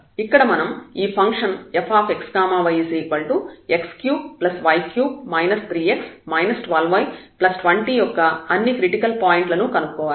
ఇక్కడ మనం ఈ function fxy x3y3 3x 12y20 యొక్క అన్ని క్రిటికల్ పాయింట్లను కనుక్కోవాలి